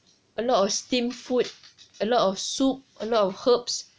a lot of steam food a lot of soup a lot of herbs